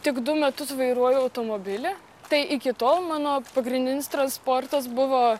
tik du metus vairuoju automobilį tai iki tol mano pagrindinis transportas buvo